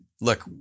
look